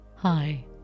Hi